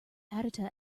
aditya